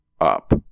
up